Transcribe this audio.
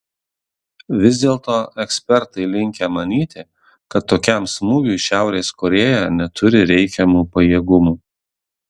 vis dėlto ekspertai linkę manyti kad tokiam smūgiui šiaurės korėja neturi reikiamų pajėgumų